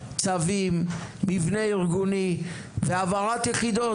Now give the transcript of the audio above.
לצווים, מבנה ארגוני והעברת יחידות.